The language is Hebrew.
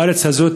בארץ הזאת.